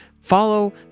Follow